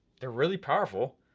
they're really powerful.